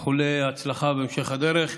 איחולי הצלחה בהמשך הדרך.